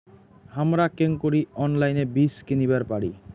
হামরা কেঙকরি অনলাইনে বীজ কিনিবার পারি?